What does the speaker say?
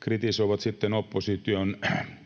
kritisoivat sitten opposition